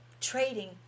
trading